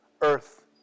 Earth